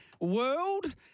world